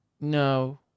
No